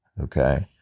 okay